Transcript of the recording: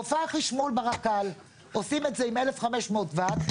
1,500 וואט,